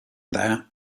that